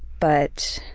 but